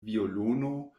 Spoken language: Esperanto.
violono